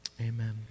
amen